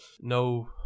no